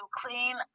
clean